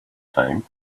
time